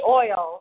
oil